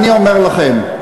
אני אומר לכם,